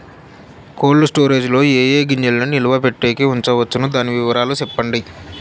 Cold storage లో ఏ ఏ గింజల్ని నిలువ పెట్టేకి ఉంచవచ్చును? దాని వివరాలు సెప్పండి?